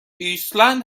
ایسلند